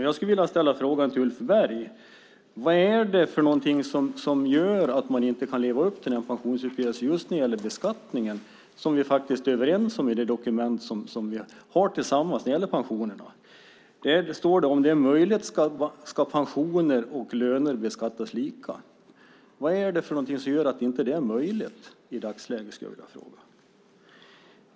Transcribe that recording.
Jag skulle vilja ställa frågan till Ulf Berg: Vad är det som gör att man inte kan leva upp till pensionsuppgörelsen just när det gäller beskattningen, som vi faktiskt är överens om i det dokument som vi har tillsammans när det gäller pensionerna? Det står att om det är möjligt ska pensioner och löner beskattas lika. Vad är det som gör att det inte är möjligt i dagsläget?